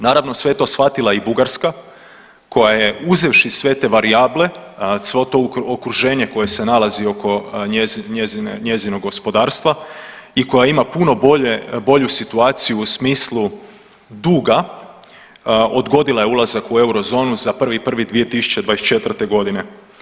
Naravno sve je to shvatila i Bugarska koja je uzevši sve te varijable, svo to okruženje koje se nalazi oko njezine, njezinog gospodarstva i koja ima puno bolje, bolju situaciju u smislu duga odgodila je ulazak u eurozonu za 1.1.2024. godine.